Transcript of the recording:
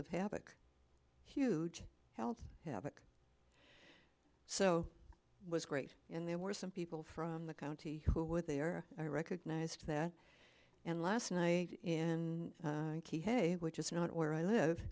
of havoc huge health havoc so was great and there were some people from the county who were there i recognized that and last night in key hay which is not where i live